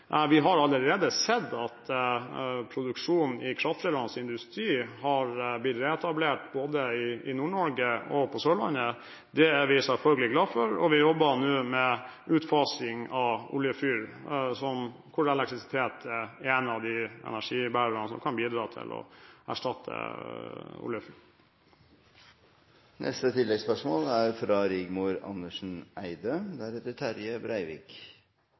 industri er blitt reetablert både i Nord-Norge og på Sørlandet. Det er vi selvfølgelig glade for. Vi jobber nå med utfasing av oljefyrer, og elektrisitet er en av de energibærerne som kan bidra til å erstatte disse. Rigmor Andersen Eide